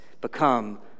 become